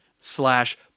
slash